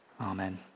Amen